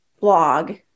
blog